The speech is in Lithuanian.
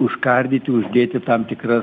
užkardyti uždėti tam tikras